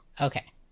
Okay